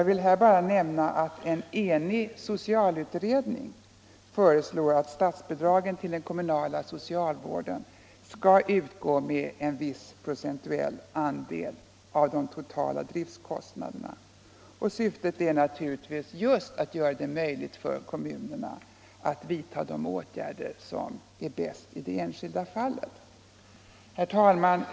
En enig socialutredning föreslår också att statsbidragen till den kommunala socialvården skall utgå med en viss procentuell andel av de totala driftkostnaderna. Syftet är just att göra det möjligt för kommunerna att vidta de åtgärder som är bäst i de enskilda fallen. Herr talman!